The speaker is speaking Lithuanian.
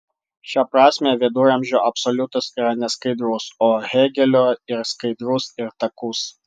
šia prasme viduramžių absoliutas yra neskaidrus o hėgelio ir skaidrus ir takus